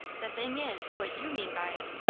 the thing is, what you mean by it.